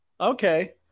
Okay